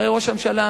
הרי ראש הממשלה,